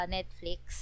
Netflix